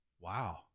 Wow